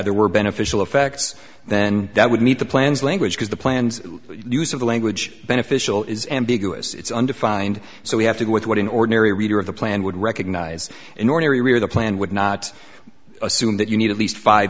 there were beneficial effects then that would meet the plans language because the plans use of the language beneficial is ambiguous it's undefined so we have to go with what an ordinary reader of the plan would recognize an ornery reader the plan would not assume that you need at least five